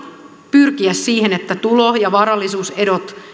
pyrkiä siihen että tulo ja varallisuuserot